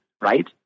right